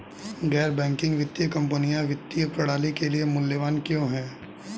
गैर बैंकिंग वित्तीय कंपनियाँ वित्तीय प्रणाली के लिए मूल्यवान क्यों हैं?